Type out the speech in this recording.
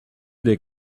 des